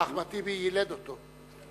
ואחמד טיבי יילד אותו.